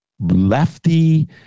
lefty